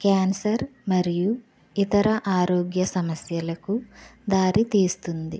cancer మరియు ఇతర ఆరోగ్య సమస్యలకు దారితీస్తుంది